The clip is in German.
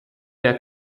der